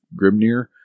Grimnir